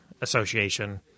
association